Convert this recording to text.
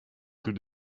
rue